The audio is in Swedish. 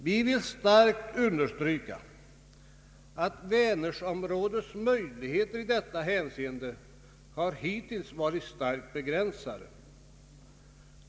Vi vill starkt understryka att Vänerområdets möjligheter i detta hänseende hittills har varit starkt begränsade.